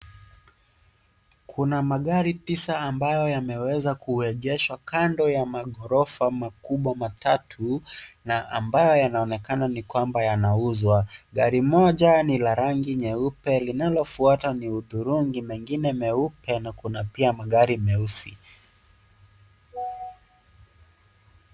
Kuna magari tisa, ambayo yameweza kuegeshwa kando ya magorofa makubwa ,matatu na ambayo yanaonekana ni kwamba yanauzwa. Gari moja ni la rangi nyeupe, linalofuata ni hudhurungi, mengine meupe, kuna pia magari meusi.